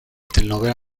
telenovela